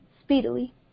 speedily